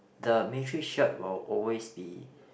the military shirt will always be